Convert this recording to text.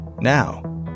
Now